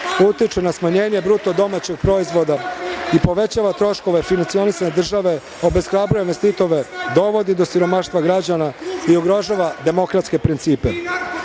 utiče na smanjenje bruto domaćeg proizvoda i povećava troškove funkcionisanja države, obeshrabruje investitore dovodi do siromaštva građana i ugrožava demokratske